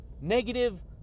negative